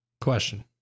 Question